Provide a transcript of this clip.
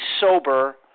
sober